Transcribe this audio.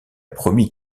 promis